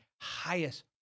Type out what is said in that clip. highest